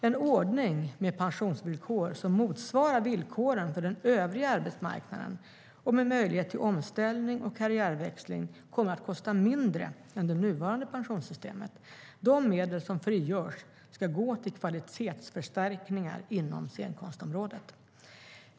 En ordning med pensionsvillkor som motsvarar villkoren för den övriga arbetsmarknaden, med möjlighet till omställning och karriärväxling, kommer att kosta mindre än det nuvarande pensionssystemet. De medel som frigörs ska gå till kvalitetsförstärkningar inom scenkonstområdet.